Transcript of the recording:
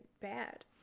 bad